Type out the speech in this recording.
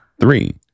Three